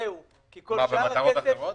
זהו, כי כל שאר הכסף --- מה, במטרות אחרות?